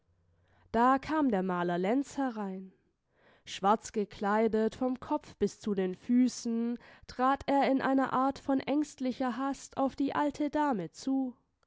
da kam der maler lenz herein schwarzgekleidet vom kopf bis zu den füßen trat er in einer art von ängstlicher hast auf die alte dame zu